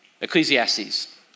Ecclesiastes